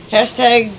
Hashtag